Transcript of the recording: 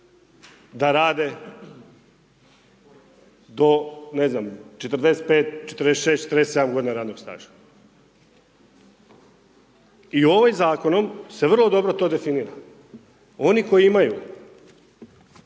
da rade do, ne znam, 45, 46, 47 radnog staža. I ovim zakonom se vrlo dobro to definira. Oni koji imaju,